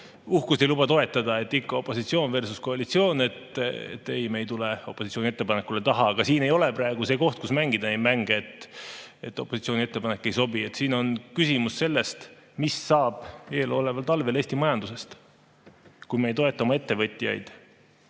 uhkus ei luba seda toetada. Ikka opositsioonversuskoalitsioon – ei, me ei tule opositsiooni ettepaneku taha. Aga siin ei ole praegu see koht, kus mängida neid mänge, et opositsiooni ettepanek ei sobi. Siin on küsimus sellest, mis saab eeloleval talvel Eesti majandusest, kui me ei toeta oma ettevõtjaid.